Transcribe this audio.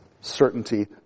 certainty